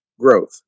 growth